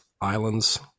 islands